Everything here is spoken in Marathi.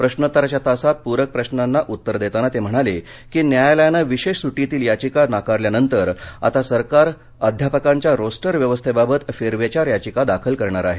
प्रश्नोत्तराच्या तासात पूरक प्रश्नांना उत्तर देताना ते म्हणाले की न्यायालयानं विशेष सुटीतील याचिका नाकारल्यानंतर आता सरकार अध्यापकांच्या रोस्टर व्यवस्थेबाबत फेरविचार याचिका दाखल करणार आहे